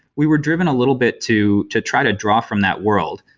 we were driven a little bit to to try to draw from that world.